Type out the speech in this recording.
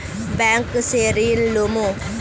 Bank से ऋण लुमू?